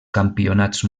campionats